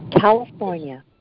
California